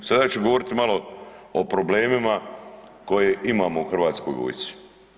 Sada ću govoriti malo o problemima koje imamo u hrvatskoj vojsci.